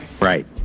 Right